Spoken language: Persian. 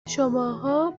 شماها